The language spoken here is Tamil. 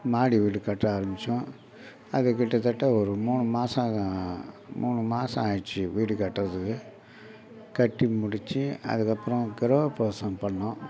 மாடி வீடு கட்ட ஆரமித்தோம் அது கிட்டத்தட்ட ஒரு மூணு மாதம் மூணு மாதம் ஆகிருச்சு வீடு கட்டுறதுக்கு கட்டி முடித்து அதுக்கப்புறம் கிரகப்பிரவேசம் பண்ணிணோம்